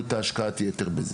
לעומת ההשקעה ההתחלית שלנו בזה.